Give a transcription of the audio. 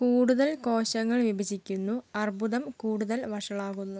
കൂടുതൽ കോശങ്ങൾ വിഭജിക്കുന്നു അർബുദം കൂടുതൽ വഷളാകുന്നു